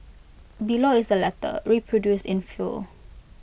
below is the letter reproduced in full